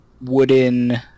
wooden